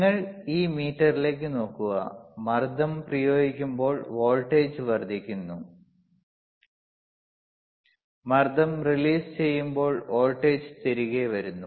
നിങ്ങൾ ഈ മീറ്ററിലേക്ക് നോക്കുക മർദ്ദം പ്രയോഗിക്കുമ്പോൾ വോൾട്ടേജ് വർദ്ധിന്നു മർദ്ദം റിലീസ് ചെയ്യുമ്പോൾ വോൾട്ടേജ് തിരികെ വരുന്നു